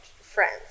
Friends